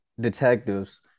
detectives